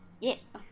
Yes